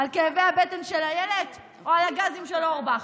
על כאבי הבטן של אילת או על הגזים של אורבך?